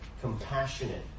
compassionate